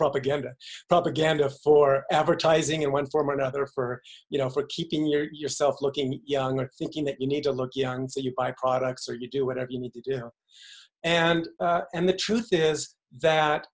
propaganda propaganda for advertising in one form or another for you know what keeping yourself looking young or thinking that you need to look young so you buy products or you do whatever you need to do and and the truth is that